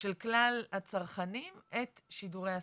של כלל הצרכנים את שידורי הספורט.